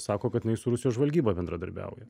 sako kad jinai su rusų žvalgyba bendradarbiauja